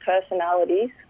personalities